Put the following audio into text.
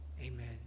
amen